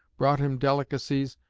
brought him delicacies,